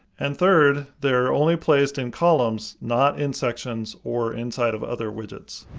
and third, they are only placed in columns, not in sections or inside of other widgets.